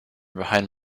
behind